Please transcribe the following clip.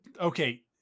okay